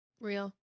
Real